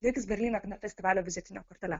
liks berlyno kino festivalio vizitine kortele